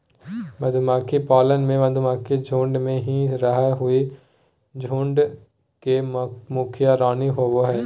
मधुमक्खी पालन में मधुमक्खी झुंड में ही रहअ हई, झुंड के मुखिया रानी होवअ हई